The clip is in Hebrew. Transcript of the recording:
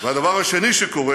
והדבר השני שקורה